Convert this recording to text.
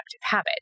habit